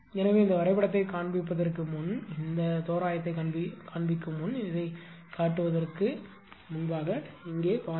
எனவே இந்த வரைபடத்தைக் காண்பிப்பதற்கு முன் இந்த தோராயத்தைக் காண்பிக்கும் முன் இதைக் காட்டுவதற்கு முன் இங்கேயே பாருங்கள்